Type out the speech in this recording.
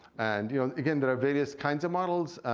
and you know again, there are various kind of models.